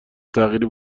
تغییر